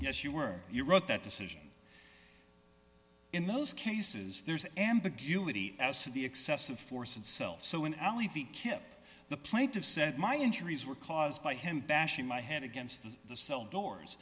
yes you were you wrote that decision in those cases there's ambiguity as to the excessive force itself so in alley feet kip the plaintive said my injuries were caused by him bashing my head against the cell doors